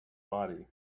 body